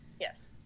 Yes